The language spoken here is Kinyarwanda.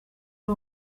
ari